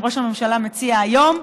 אם ראש הממשלה מציע היום,